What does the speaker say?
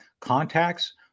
contacts